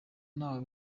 ntaho